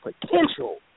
potential